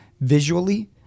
visually